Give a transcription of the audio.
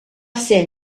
ser